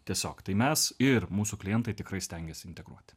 tiesiog tai mes ir mūsų klientai tikrai stengiasi integruoti